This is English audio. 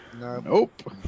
Nope